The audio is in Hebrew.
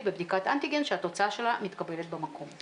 בבדיקת אנטיגן שהתוצאה שלה מתקבלת במקום.